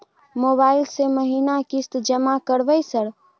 Mobile से महीना किस्त जमा करबै सर?